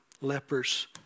lepers